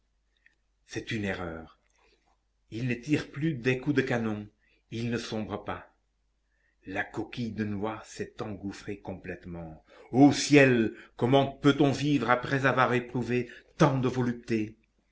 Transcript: c'est une erreur il ne tire plus des coups de canon il ne sombre pas la coquille de noix s'est engouffrée complètement o ciel comment peut-on vivre après avoir éprouvé tant de voluptés